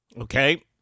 Okay